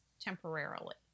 temporarily